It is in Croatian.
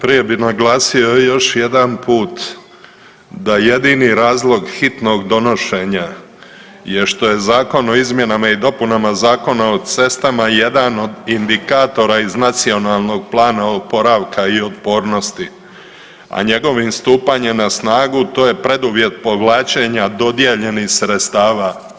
Najprije bi naglasio još jedanput da jedini razlog hitnog donošenja je što je Zakon o izmjenama i dopunama Zakona o cestama jedan od indikatora iz Nacionalnog plana oporavka i otpornosti, a njegovim stupanjem na snagu to je preduvjet povlačenja dodijeljenih sredstava.